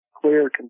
clear